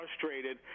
frustrated